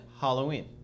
Halloween